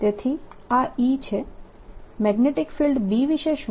તેથી આ E છે મેગ્નેટીક ફિલ્ડ B વિશે શું